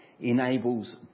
enables